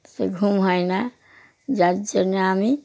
সে ঘুম হয় না যার জন্যে আমি